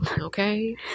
okay